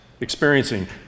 experiencing